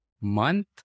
month